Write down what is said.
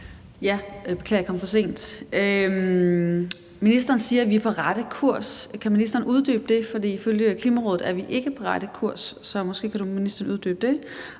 Jeg beklager, at jeg kom for sent. Ministeren siger, at vi er på rette kurs. Kan ministeren uddybe det, for ifølge Klimarådet er vi ikke på rette kurs? Så måske kan ministeren uddybe det.